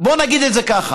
בוא נגיד את זה ככה: